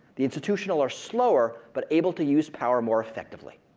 the institutional are slower but able to use power more effectively.